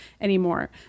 anymore